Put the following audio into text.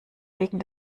wegen